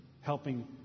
helping